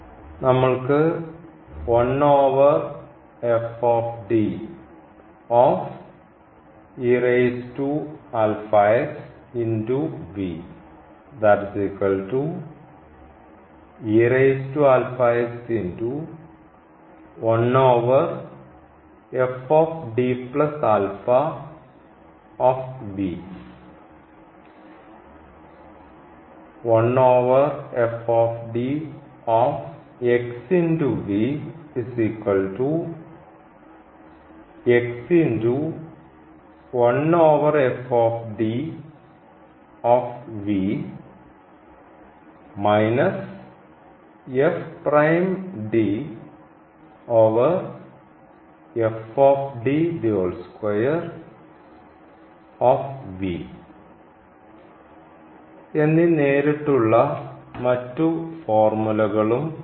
നമ്മൾക്ക് എന്നീ നേരിട്ടുള്ള മറ്റു ഫോർമുലകളും ഉണ്ടായിരുന്നു